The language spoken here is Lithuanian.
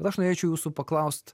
aš norėčiau jūsų paklaust